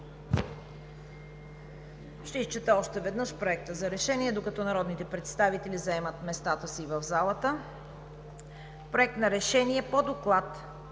Ще изчета още веднъж Проекта за решение, докато народните представители заемат местата си в залата. „Проект! РЕШЕНИЕ по Доклад